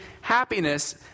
happiness